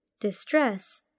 distress